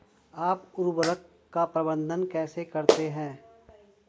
आप उर्वरक का प्रबंधन कैसे करते हैं?